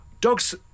Dogs